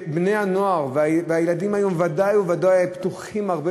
ובני-הנוער והילדים היום ודאי וודאי פתוחים הרבה